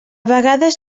vegades